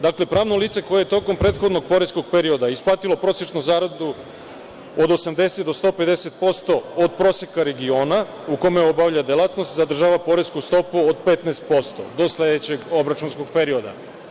Dakle, pravno lice koje je tokom prethodnog poreskog perioda isplatilo prosečnu zaradu od 80 do 150% od proseka regiona u kome obavlja delatnost, zadržava poresku stopu od 15% do sledećeg obračunskog perioda.